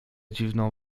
dziwną